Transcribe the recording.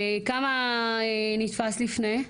כמה נתפס לפני?